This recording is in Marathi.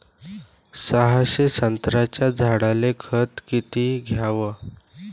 सहाशे संत्र्याच्या झाडायले खत किती घ्याव?